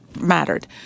mattered